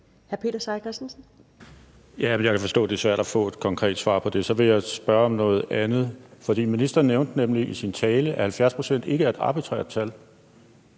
Peter Seier Christensen (NB): Jeg kan forstå, at det er svært at få et konkret svar på det. Så vil jeg spørge om noget andet. Ministeren nævnte nemlig i sin tale, at 70 pct. ikke er et arbitrært tal,